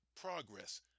progress